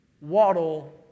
waddle